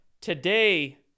today